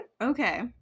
Okay